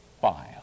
file